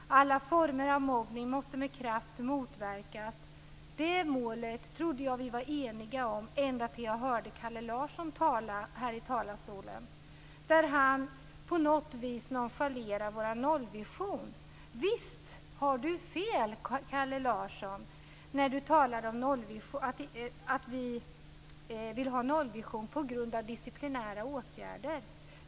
Alla former av mobbning måste med kraft motverkas. Jag trodde att vi var eniga om det målet - ända tills jag hörde Kalle Larsson tala i talarstolen. På något sätt nonchalerar han vår nollvision. Visst har Kalle Larsson fel när han säger att vi vill ha nollvision på grund av disciplinära åtgärder.